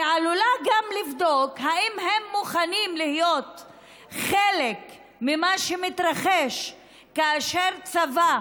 ועלולה גם לבדוק אם הם מוכנים להיות חלק ממה שמתרחש כאשר צבא